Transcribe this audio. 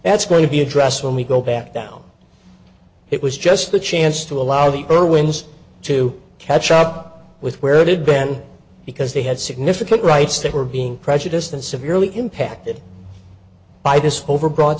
that's going to be addressed when we go back down it was just the chance to allow the irwin's to catch up with where they'd been because they had significant rights that were being prejudiced and severely impacted by this hope were brought